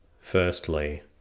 Firstly